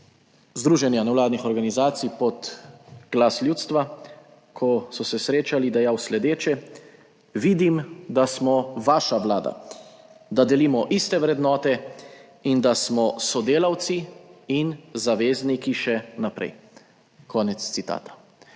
združenja nevladnih organizacij pod glas ljudstva, ko so se srečali, dejal sledeče: "Vidim, da smo vaša Vlada, da delimo iste vrednote in da smo sodelavci in zavezniki še naprej." Konec citata.